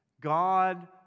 God